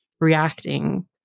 reacting